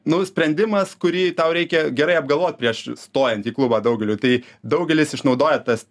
nu sprendimas kurį tau reikia gerai apgalvot prieš stojant į klubą daugeliui tai daugelis išnaudoja tas